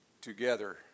together